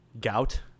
Gout